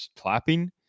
clapping